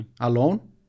alone